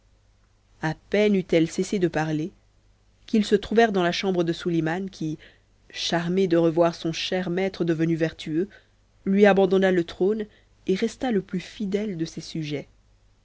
à peine eut-elle cessé de parler qu'ils se trouvèrent dans la chambre de suliman qui charmé de revoir son cher maître devenu vertueux lui abandonna le trône et resta le plus fidèle de ses sujets